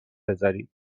بذاری